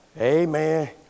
Amen